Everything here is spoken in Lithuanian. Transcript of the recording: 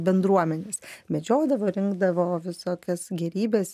bendruomenės medžiodavo rinkdavo visokias gėrybes